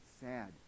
Sad